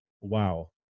wow